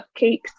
cupcakes